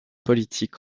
politique